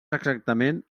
exactament